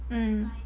mm